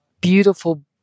beautiful